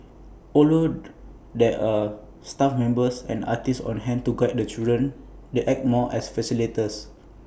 although there are staff members and artists on hand to guide the children they act more as facilitators